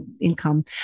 income